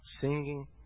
singing